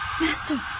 Master